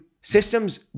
Systems